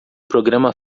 programa